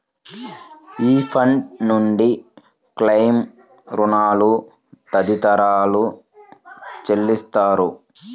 ఈ ఫండ్ నుంచి క్లెయిమ్లు, రుణాలు తదితరాలు చెల్లిస్తారు